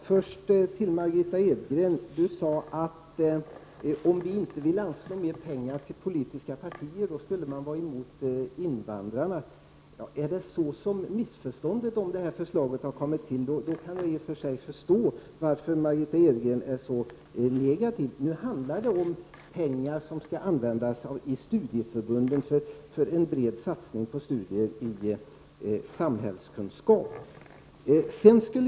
Herr talman! Margitta Edgren sade att vi skulle vara emot invandrarna om vi inte vill anslå mer pengar till politiska partier. Om det har blivit ett sådant missförstånd om det här förslaget kan jag i och för sig förstå varför Margitta Edgren är så negativ. Det handlar om pengar som skall användas i studieförbunden för en bred satsning på studier i samhällskunskap.